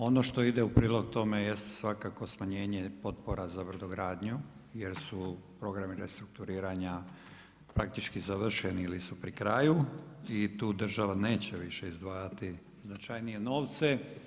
Ono što ide u prilog tome jest svakako smanjenje potpora za brodogradnju, jer su programi restrukturiranja praktički završeni ili su pri kraju i tu država neće više izdvajati značajnije nove.